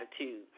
attitude